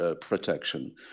protection